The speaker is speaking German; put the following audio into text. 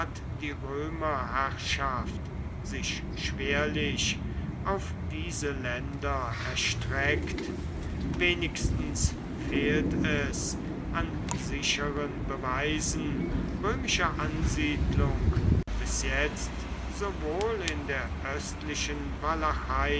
die römerherrschaft sich schwerlich auf diese länder erstreckt wenigstens fehlt es an sicheren beweisen römischer ansiedlung bis jetzt sowohl in der östlichen